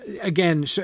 Again